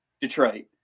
Detroit